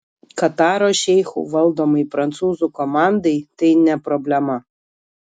kataro šeichų valdomai prancūzų komandai tai ne problema